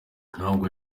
ntabwo